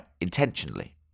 Intentionally